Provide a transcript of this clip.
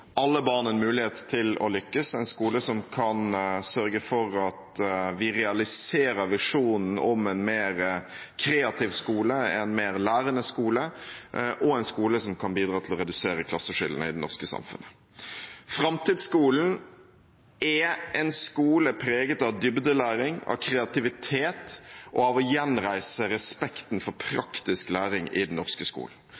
alle barn en mulighet til å lykkes – en skole som kan sørge for at vi realiserer visjonen om en mer kreativ skole, en mer lærende skole og en skole som kan bidra til å redusere klasseskillene i det norske samfunnet. Framtidsskolen er en skole preget av dybdelæring, av kreativitet og av å gjenreise respekten for